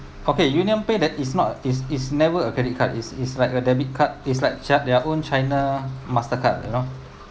okay UnionPay that is not is is never a credit card is is like a debit card is like china their own china Mastercard you know